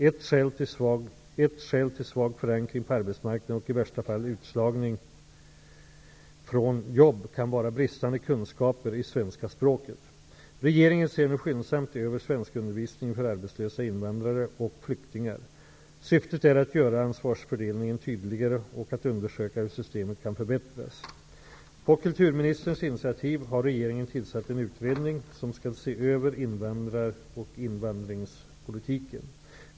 Ett skäl till svag förankring på arbetsmarknaden och i värsta fall utslagning från jobb, kan vara bristande kunskaper i svenska språket. Regeringen ser nu skyndsamt över svenskundervisningen för arbetslösa invandrare och flyktingar. Syftet är att göra ansvarsfördelningen tydligare och att undersöka hur systemet kan förbättras. På kulturministerns initiativ har regeringen tillsatt en utredning som skall se över invandrar och invandringspolitiken.